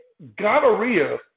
Gonorrhea